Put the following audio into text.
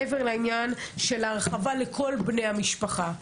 מעבר לעניין ההרחבה לכל בני המשפחה,